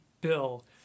Bill